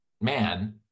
man